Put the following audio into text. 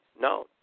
no